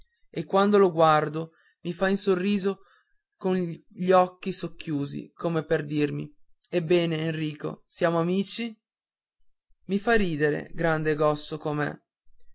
e quando lo guardo mi fa un sorriso con gli occhi socchiusi come per dirmi ebbene enrico siamo amici ma fa ridere grande e grosso com'è